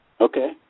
Okay